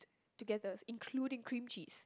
together including cream cheese